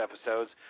episodes